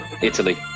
Italy